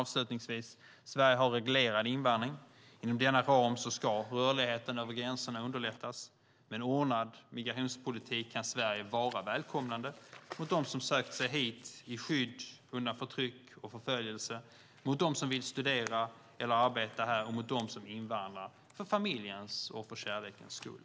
Avslutningsvis: Sverige har reglerad invandring. Inom denna ram ska rörligheten över gränserna underlättas. Med en ordnad migrationspolitik kan Sverige vara välkomnande mot dem som sökt sig hit för skydd, undan förtryck och förföljelse, mot dem som vill studera eller arbeta här och mot dem som invandrar för familjens och för kärlekens skull.